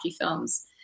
films